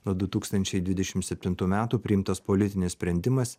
nuo du tūkstančiai dvidešim septintų metų priimtas politinis sprendimas